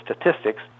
statistics